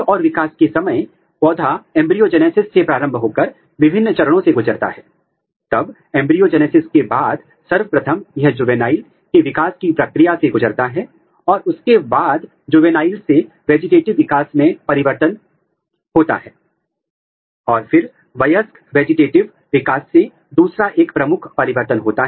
और तब यहां पर इथेनॉल के माध्यम से एक डिहाईड्रेशन की प्रक्रिया है जिससे पानी को निकाल सकते हैं और फिर उसे पैराफिन की सहायता से फिल्टर कर सकते हैं